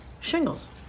Shingles